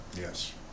Yes